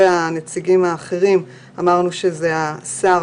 הנציגים האחרים אמרנו שזה השר,